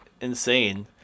insane